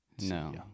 No